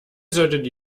sollte